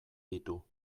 ditu